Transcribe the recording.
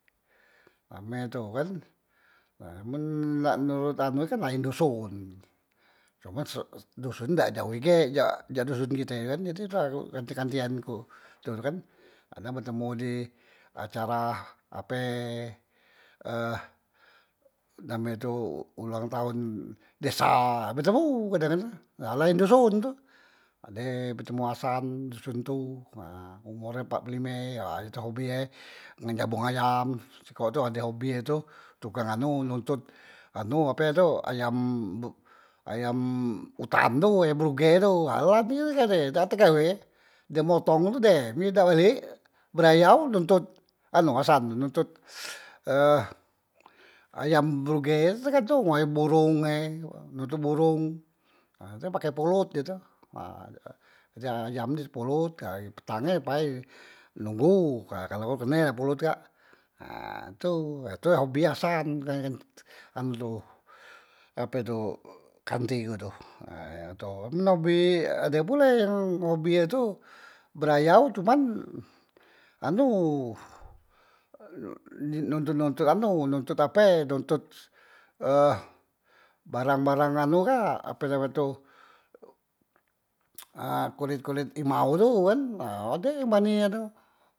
Name tu kan, nah men nak norot anu kan laen doson, cuman sek doson kak dak jaoh ige jak doson kite kan, tu lah kanti- kanti an ku kan, kadang betemu di acara ape eh name tu ulang taon desa betemu kadang tu laen doson tu, ade betemu asan doson tu, umur e empat lime ha tu hobi e nge nyabung ayam sikok tu ade hobi e tu tukang anu nontot anu ape tu ayam be ayam utan tu ayam bruge tu, ha lan gale dak tek gawe, dem motong tu dem ye dak balek berayao nontot anu asan tu nontot eh ayam bruge tu tergantung e borong e, nontot borong nah tu pake polot he tu, ha jadi ayam tu di polot kai petang e pai nunggu ka kalau kene polot kak, ha tu, ha tu hobi asan ngan tu ha ape tu kanti ku tu, ha tu men obi ade pule yang hobi e tu balayau cuman anu non nontot anu, nontot ape nontot eh barang- barang anu kak ape name tu eh kolet- kolet imau tu kan ade yang bani ha tu.